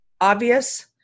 obvious